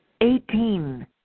Eighteen